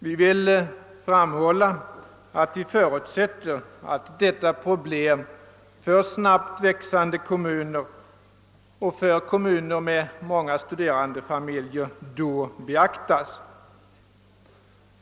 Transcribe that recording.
Vi förutsätter att problemen för snabbt växande kommuner och för kommuner med många studerandefamiljer beaktas i detta sammanhang.